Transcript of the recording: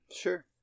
Sure